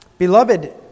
Beloved